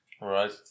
Right